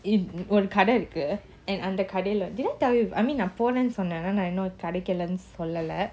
ஒருகடைஇருக்கு:oru kada iruku did I tell you I mean போனும்னுசொன்னாங்க:ponumnu sonnanga lens நான்இன்னும்கெடைக்கலன்னுசொல்லல:nan innum kedaikalanu sollala